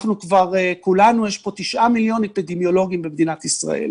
יש פה 9 מיליון אפידמיולוגים במדינת ישראל,